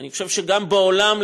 אני חושב שגם בעולם,